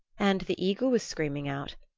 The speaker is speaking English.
and the eagle was screaming out,